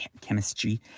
chemistry